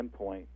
endpoint